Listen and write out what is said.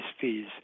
fees